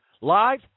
live